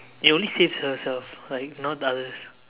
it only saves for herself like not the others